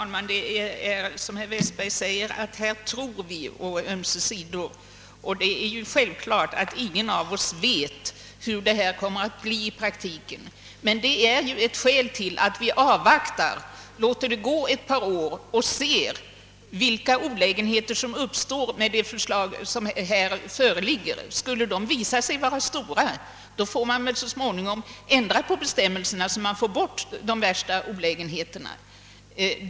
Herr talman! Som herr Westberg sade tror vi på ömse sidor; ingen av oss vet hur förslagen kommer att slå i praktiken. Men det är ju ett skäl som talar för att vi bör avvakta och låta det gå ett par år, så att vi ser vilka olägenheter som uppstår med de förslag som nu föreligger. Om de blir stora får vi ändra på bestämmelserna, så att vi får bort de värsta olägenheterna.